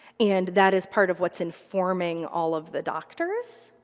and that is part of what's informing all of the doctors,